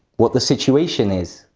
what the situation is,